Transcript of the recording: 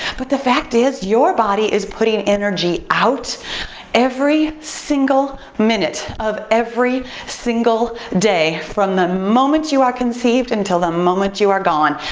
but the fact is, your body is putting energy out every single minute of every single day from the moment you are conceived until the moment you are gone.